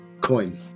coin